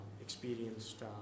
experienced